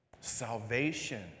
Salvation